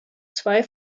zwei